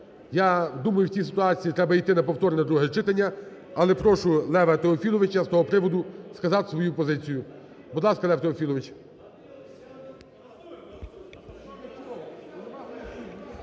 Я думаю, в цій ситуації треба йти на повторне друге читання, але прошу Лева Теофіловича з того приводу сказати свою позицію. Будь ласка, Лев Теофілович.